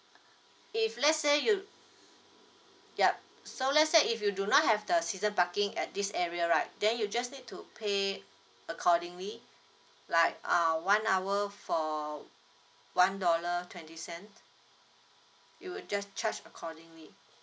if let's say you yup so let's say if you do not have the season parking at this area right then you just need to pay accordingly like uh one hour for one dollar twenty cents we will just charge accordingly